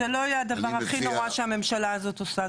זה לא יהיה הדבר הכי נורא שהממשלה הזאת עושה.